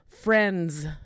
friends